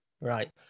right